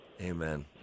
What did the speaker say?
Amen